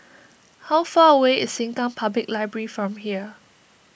how far away is Sengkang Public Library from here